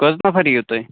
کٔژ نفر یِیِو تُہۍ